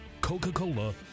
Coca-Cola